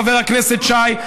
חבר הכנסת שי,